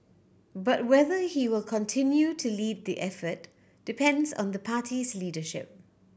but whether he will continue to lead the effort depends on the party's leadership